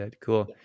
cool